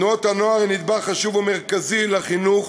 תנועות הנוער הן נדבך חשוב ומרכזי בחינוך